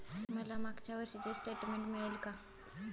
मला मागच्या वर्षीचे स्टेटमेंट मिळेल का?